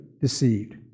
deceived